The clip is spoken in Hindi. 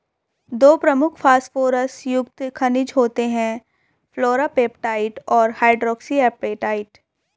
दो प्रमुख फॉस्फोरस युक्त खनिज होते हैं, फ्लोरापेटाइट और हाइड्रोक्सी एपेटाइट